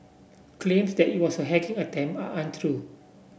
claims that it was a hacking attempt are untrue